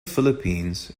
philippines